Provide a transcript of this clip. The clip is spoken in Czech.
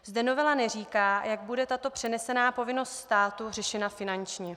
Zde novela neříká, jak bude tato přenesená povinnost státu řešena finančně.